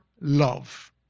love